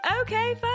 okay